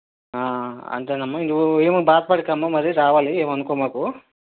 అంతేను అమ్మా నువ్వు ఏమి బాధపడకు అమ్మా మరి రావాలి ఏమి అనుకోమాకు